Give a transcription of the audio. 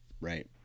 Right